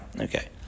Okay